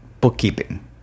bookkeeping